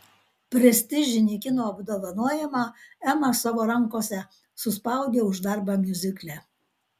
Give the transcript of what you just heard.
prestižinį kino apdovanojimą ema savo rankose suspaudė už darbą miuzikle